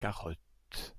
carottes